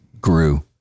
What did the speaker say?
grew